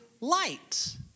light